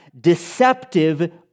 deceptive